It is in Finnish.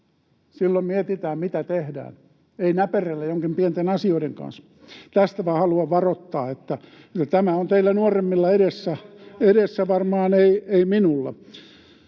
Silloin mietitään, mitä tehdään, ei näperrellä joidenkin pienten asioiden kanssa. Tästä vaan haluan varoittaa, että tämä on varmaan teillä nuoremmilla [Tuomas Kettusen